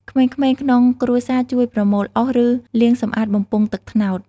ក្មេងៗក្នុងគ្រួសារជួយប្រមូលអុស ឬលាងសម្អាតបំពង់ទឹកត្នោត។